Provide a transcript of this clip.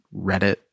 Reddit